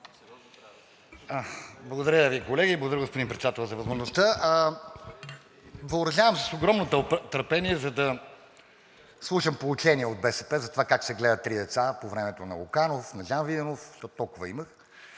Благодаря Ви, колеги. Благодаря, господин Председател, за възможността. Въоръжавам се с огромно търпение, за да слушам поучения от БСП за това как се гледат три деца по времето на Луканов, на Жан Виденов, защото толкова имах.